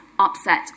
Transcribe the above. upset